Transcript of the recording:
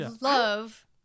love